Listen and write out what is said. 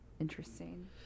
Interesting